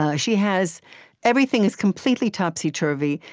ah she has everything is completely topsy-turvy.